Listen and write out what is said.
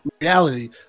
reality